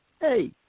Hey